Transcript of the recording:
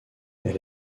elle